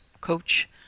Coach